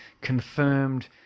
confirmed